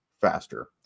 faster